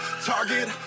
target